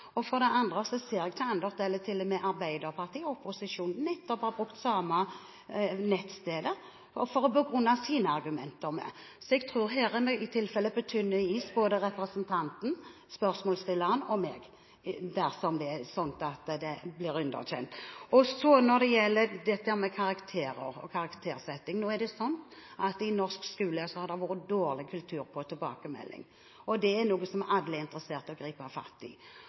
ser at i andre sammenhenger har Arbeiderpartiet og opposisjonen brukt det samme nettstedet for å begrunne sine argumenter. Så jeg tror at i dette tilfellet er både spørsmålsstilleren og jeg på tynn is, hvis nettstedet blir underkjent. Når det gjelder karaktersetting, er det slik at i den norske skolen har det vært en dårlig kultur hva gjelder tilbakemelding. Det er noe alle er interessert i å gripe fatt i.